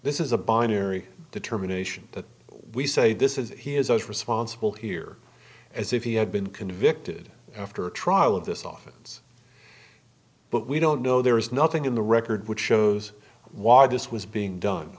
this is a binary determination that we say this is he is as responsible here as if he had been convicted after a trial of this office but we don't know there is nothing in the record which shows why this was being done